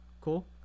cool